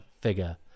figure